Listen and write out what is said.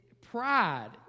pride